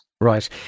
Right